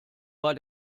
bei